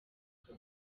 bye